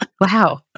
Wow